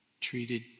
treated